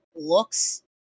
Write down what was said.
looks